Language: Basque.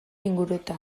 inguruotan